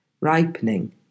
ripening